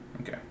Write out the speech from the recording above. Okay